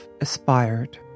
aspired